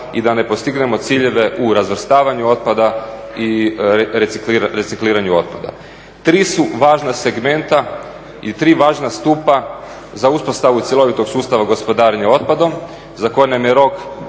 i da ne postignemo ciljeve u razvrstavanju otpada i recikliranju otpada. Tri su važna segmenta i tri važna stupa za uspostavu cjelovitog sustava gospodarenja otpadom za koje nam je rok